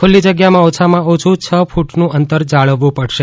ખુલ્લી જગ્યામાં ઓછામાં ઓછું છ ફૂટનું અંતર જાળવવું પડશે